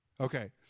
okay